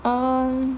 um